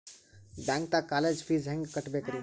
ಬ್ಯಾಂಕ್ದಾಗ college fees ಹೆಂಗ್ ಕಟ್ಟ್ಬೇಕ್ರಿ?